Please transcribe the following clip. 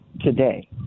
today